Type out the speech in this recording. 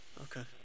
okay